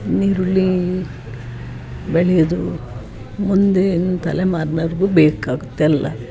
ಈರುಳ್ಳಿ ಬೆಳ್ಯೋದು ಮುಂದಿನ ತಲೆಮಾರಿನವ್ರ್ಗೂ ಬೇಕಾಗುತ್ತೆ ಎಲ್ಲ